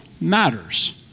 matters